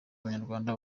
abanyarwanda